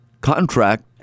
contract